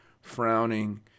frowning